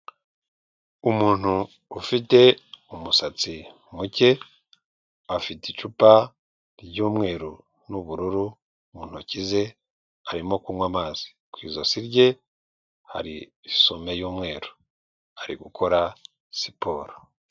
Umuntu ufite umusatsi muke afite icupa ry'umweru n'ubururu, mu ntoki ze arimo kunywa amazi, ku ijosi rye hari isume y'umweru ari gukora siporo.